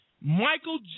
Michael